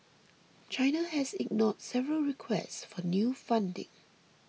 China has ignored several requests for new funding